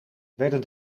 werden